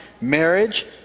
marriage